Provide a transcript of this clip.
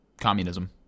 communism